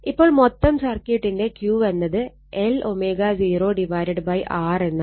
ഇപ്പോൾ മൊത്തം സർക്യൂട്ടിന്റെ Q എന്നത് Lω0 R എന്നാണ്